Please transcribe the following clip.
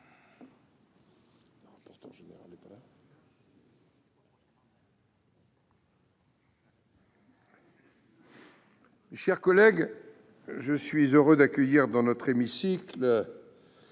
chers collègues, je suis heureux d'accueillir dans notre hémicycle